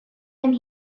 and